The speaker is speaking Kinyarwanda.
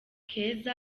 keza